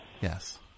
Yes